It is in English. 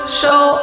show